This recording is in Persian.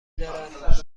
دارد